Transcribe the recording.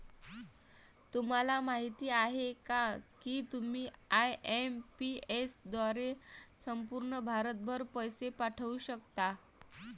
तुम्हाला माहिती आहे का की तुम्ही आय.एम.पी.एस द्वारे संपूर्ण भारतभर पैसे पाठवू शकता